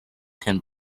can